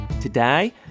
Today